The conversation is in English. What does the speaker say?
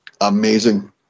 Amazing